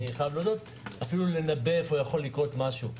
אפילו לנבא איפה יכול לקרות משהו,